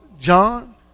John